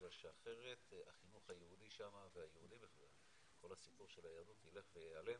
בגלל שאחרת החינוך היהודי שם וכל הסיפור של היהדות יילך וייעלם.